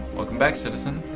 welcome back, citizen.